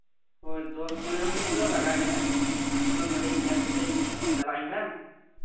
ᱫᱚᱥ ᱯᱚᱱᱮᱨᱚ ᱢᱤᱱᱤᱴ ᱫᱚ ᱞᱟᱜᱟᱜ ᱜᱮᱭᱟ ᱟᱫᱚ ᱱᱚᱰᱮ ᱧᱮᱞ ᱠᱟᱛᱮᱜ ᱪᱟᱞᱟᱜ ᱟᱹᱧ ᱵᱟᱝ